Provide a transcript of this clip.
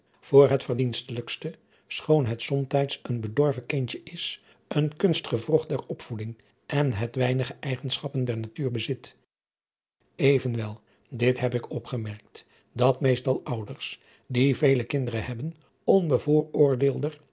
schoon het somtijds een bedorven kindje is een kunstgewrocht der opvoeding en het weinige eigenschappen der natuur bezit evenwel dit heb ik opgemerkt dat meestal ouders die vele kinderen hebben